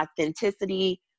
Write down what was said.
authenticity